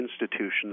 institutions